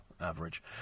average